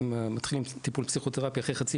אם מתחילים טיפול פסיכותרפי אחרי חצי